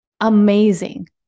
amazing